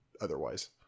otherwise